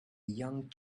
young